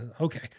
okay